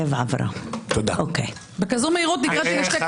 מעיזה לדבר ככה כאן.